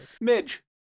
Midge